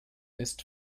ist